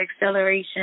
acceleration